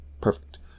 perfect